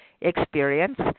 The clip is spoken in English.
experience